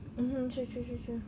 mmhmm true true true true